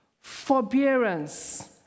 forbearance